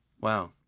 Wow